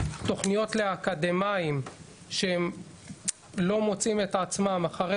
תוכניות לאקדמאיים שהם לא מוצאים את עצמם אחרי